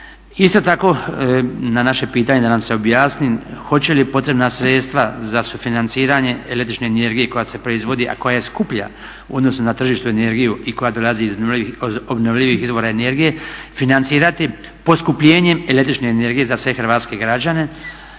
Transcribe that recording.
Isto tako, na naše pitanje da nam se objasni hoće li potrebna sredstva za sufinanciranje električne energije koja se proizvodi, a koja je skuplja u odnosu na tržišnu energiju i dolazi iz obnovljivih izvora energije, financirati poskupljenjem električne energije za sve hrvatske građane